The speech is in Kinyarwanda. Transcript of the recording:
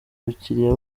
bakiliya